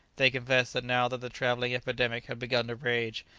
they confessed that now that the travelling epidemic had begun to rage,